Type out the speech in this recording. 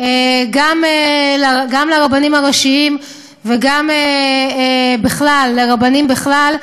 גם לרבנים הראשיים וגם בכלל, לרבנים בכלל,